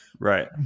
Right